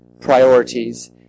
priorities